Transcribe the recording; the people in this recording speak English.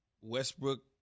Westbrook